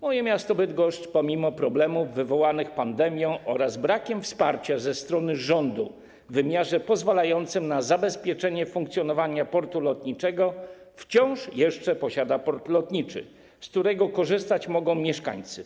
Moje miasto Bydgoszcz, pomimo problemów wywołanych pandemią oraz brakiem wsparcia ze strony rządu w wymiarze pozwalającym na zabezpieczenie funkcjonowania portu lotniczego wciąż jeszcze posiada port lotniczy, z którego mogą korzystać mieszkańcy.